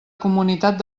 comunitat